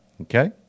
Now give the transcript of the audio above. Okay